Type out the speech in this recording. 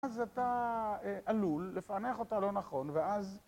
אז אתה עלול לפענח אותה לא נכון, ואז...